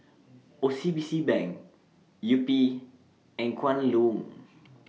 O C B C Bank Yupi and Kwan Loong